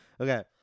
Okay